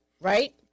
right